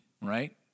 right